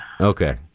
Okay